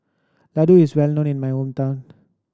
ladoo is well known in my hometown